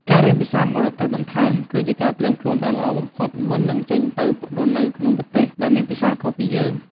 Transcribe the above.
ការរៀនភាសាបរទេសបន្ថែមគឺជាការត្រៀមខ្លួនដ៏ល្អបំផុតមុននឹងចេញទៅរស់នៅក្នុងប្រទេសដែលមានភាសាខុសពីយើង។